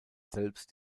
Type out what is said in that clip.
selbst